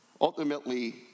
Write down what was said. Ultimately